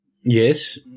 yes